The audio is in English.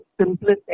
simplest